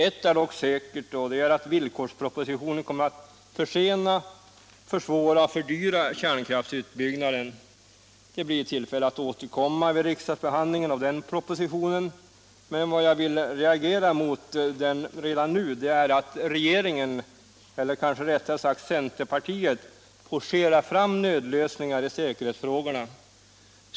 Ett är dock säkert, nämligen att villkorspropositionen kommer att försena, försvåra och fördyra kärnkraftsutbyggnaden. Det blir tillfälle att återkomma i denna fråga vid riksdagsbehandlingen av den propositionen, men vad jag redan nu vill reagera mot är att regeringen — eller kanske rättare sagt centerpartiet — forcerar fram nödlösningar i säkerhetsfrågorna.